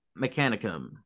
Mechanicum